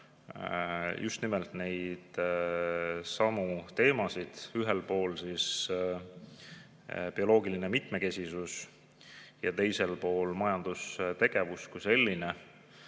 just nimelt neidsamu teemasid, ühelt poolt bioloogilist mitmekesisust ja teiselt poolt majandustegevust kui sellist.